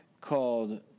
called